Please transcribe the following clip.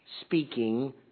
speaking